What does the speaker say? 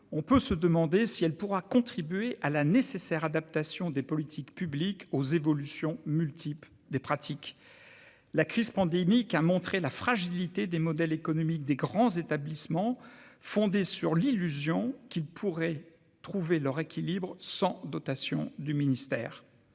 on peut se demander si elle pourra contribuer à la nécessaire adaptation des politiques publiques aux évolutions multiples des pratiques la crise pandémique a montré la fragilité des modèles économiques des grands établissements fondé sur l'illusion qu'ils pourraient trouver leur équilibre sans dotation du ministère